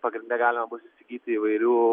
pagrinde galima bus įsigyti įvairių